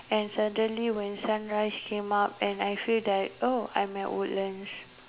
and suddenly when sunrise came up and I feel that oh I'm at Woodlands